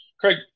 Craig